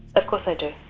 ah course they do.